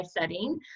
setting